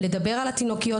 לדבר על התינוקיות,